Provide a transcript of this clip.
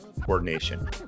coordination